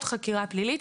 חקירה פלילית.